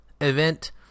event